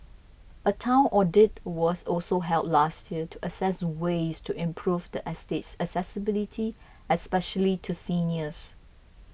a town audit was also held last year to assess ways to improve the estate's accessibility especially to seniors